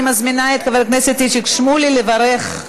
אני מזמינה את חבר הכנסת איציק שמולי לברך,